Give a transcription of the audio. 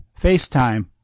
FaceTime